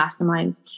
masterminds